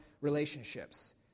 relationships